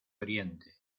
oriente